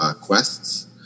quests